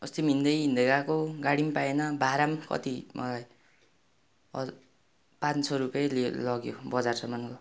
अस्ति पनि हिँड्दै हिँड्दै गएको गाडी पनि पाइएन भाडा पनि कति मलाई हजुर पाँच सौ रुपियै लियो लग्यो बजारसम्मको